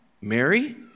Mary